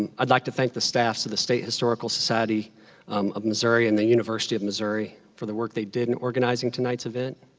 i'd like to thank the staffs of the state historical society um of missouri and the university of missouri for the work they did in organizing tonight's event.